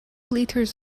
liters